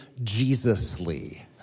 Jesusly